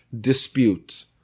dispute